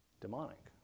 demonic